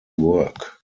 work